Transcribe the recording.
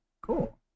Cool